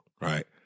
Right